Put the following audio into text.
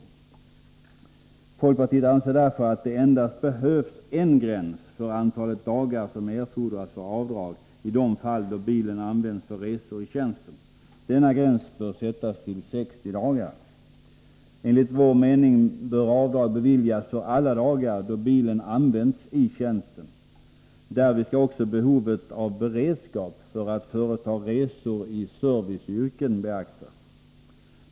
Folkpartiet anser därför att det behövs endast en gräns för antalet dagar som erfordras för avdrag i de fall då bilen används för resor i tjänst. Denna gräns bör sättas till 60 dagar. Enligt vår mening bör avdrag beviljas för alla dagar då bil används i tjänsten. Därvid skall också behovet av beredskap för att företa resor i serviceyrken beaktas.